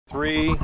Three